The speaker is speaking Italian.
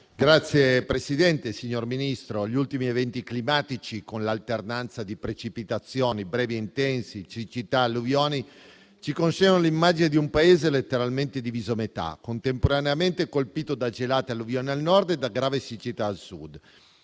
*(LSP-PSd'Az)*. Signor Ministro, gli ultimi eventi climatici, con l'alternanza di precipitazioni, brevi o intense, siccità e alluvioni consegnano l'immagine di un Paese letteralmente diviso a metà, contemporaneamente colpito da gelate e alluvioni al Nord e da grave siccità al Sud.